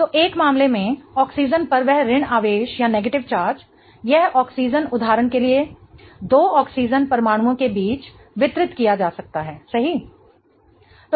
तो एक मामले में ऑक्सीजन पर वह ऋण आवेश यह ऑक्सीजन उदाहरण के लिए दो ऑक्सीजन परमाणुओं के बीच वितरित किया जा सकता है सही